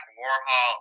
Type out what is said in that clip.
warhol